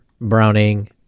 Browning